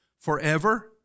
forever